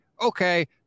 okay